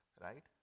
right